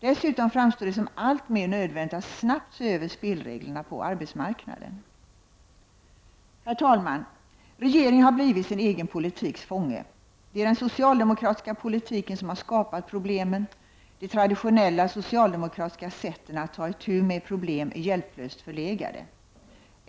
Dessutom framstår det som alltmer nödvändigt att snabbt se över spelreglerna på arbetsmarknaden. Herr talman! Regeringen har blivit sin egen politiks fånge. Det är den socialdemokratiska politiken som har skapat problemen. De traditionella socialdemokratiska sätten att ta itu med problem är hjälplöst förlegade.